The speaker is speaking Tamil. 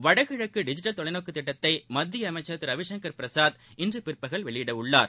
வடகிழக்குடிஜிட்டல் தொலைநோக்குத் திட்டத்தைமத்தியஅமைச்சா் திருரவிசங்கள் பிரசாத் இன்றுபிற்பகல் வெளியிடவுள்ளார்